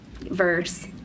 verse